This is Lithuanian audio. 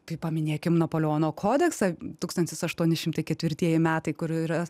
tai paminėkim napoleono kodeksą tūkstantis aštuoni šimtai ketvirtieji metai kur yra